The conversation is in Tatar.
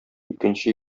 икенче